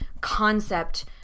Concept